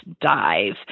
dive